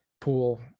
pool